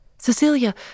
Cecilia